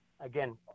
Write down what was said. again